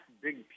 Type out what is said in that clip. big